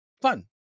fun